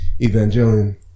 Evangelion